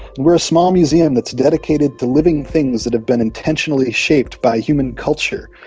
we're a small museum that's dedicated to living things that have been intentionally shaped by human culture,